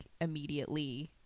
immediately